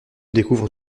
découvre